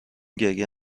گریه